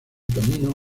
camino